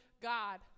God